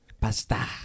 Pasta